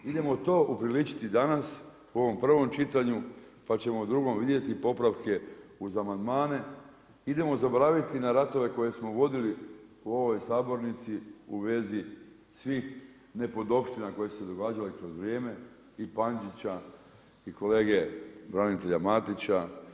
Idemo tu upriličiti danas, u ovom prvom čitanju, pa ćemo u drugom vidjeti popravke uz amandmane, idemo zaboraviti na ratove koje smo vodili u ovoj sabornici, u vezi svih nepodopština koje su se događale kroz vrijeme i Pandžića i kolege branitelja Matića.